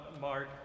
Mark